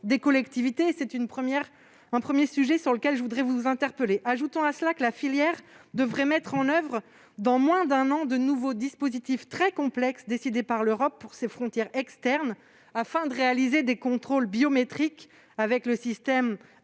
les collectivités. Tel est le premier sujet sur lequel je souhaite vous interpeller, madame la ministre. À cela s'ajoute que la filière devrait mettre en oeuvre dans moins d'un an de nouveaux dispositifs très complexes décidés par l'Europe pour ses frontières externes, afin de réaliser des contrôles biométriques avec le système